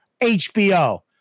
HBO